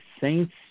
Saints